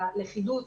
ללכידות.